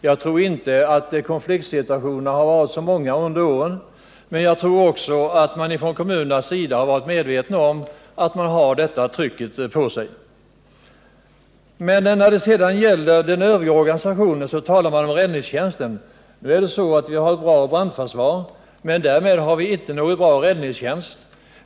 Jag tror inte att konfliktsituationerna har varit många under åren men att kommunerna ändå har varit medvetna om att de har ett visst tryck på sig. När det sedan gäller den övriga organisationen talar man om räddningstjänsten. Vi har ett bra brandförsvar, men därmed har vi inte någon bra räddningstjänst.